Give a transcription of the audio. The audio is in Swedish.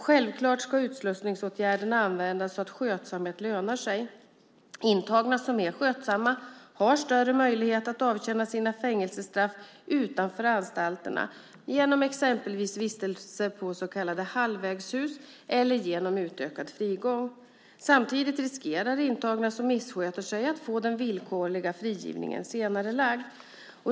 Självklart ska utslussningsåtgärderna användas så att skötsamhet lönar sig. Intagna som är skötsamma har större möjlighet att avtjäna sina fängelsestraff utanför anstalterna genom exempelvis vistelse på så kallade halvvägshus eller genom utökad frigång. Samtidigt riskerar intagna som missköter sig att få den villkorliga frigivningen senarelagd.